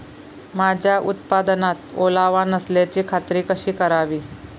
माझ्या उत्पादनात ओलावा नसल्याची खात्री कशी करावी?